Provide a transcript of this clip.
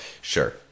sure